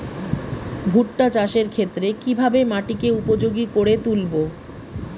ভুট্টা চাষের ক্ষেত্রে কিভাবে মাটিকে উপযোগী করে তুলবো?